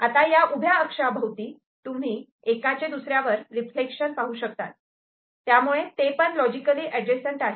आता ह्या उभ्या अक्षाभोवती तुम्ही एकाचे दुसऱ्यावर रिफ्लेक्शन पाहू शकतात त्यामुळे ते पण लॉजिकली एडजस्टट आहेत